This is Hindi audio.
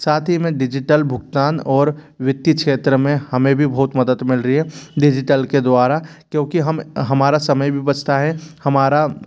साथ ही में डिजिटल भुगतान और वित्तीय क्षेत्र में हमें भी बहुत मदद मिल रही है डिजिटल के द्वारा क्योंकि हम हमारा समय भी बचता है हमारा